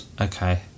Okay